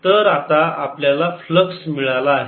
तर आता आपल्याला फ्लक्स मिळाला आहे